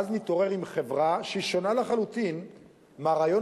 ואז נתעורר עם חברה שהיא שונה לחלוטין מהרעיון